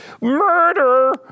murder